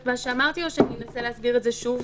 מה שאמרתי או שאני אנסה להסביר את זה שוב?